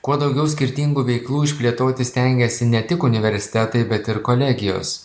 kuo daugiau skirtingų veiklų išplėtoti stengiasi ne tik universitetai bet ir kolegijos